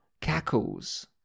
Cackles